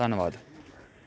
ਧੰਨਵਾਦ